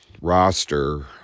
roster